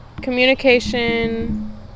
Communication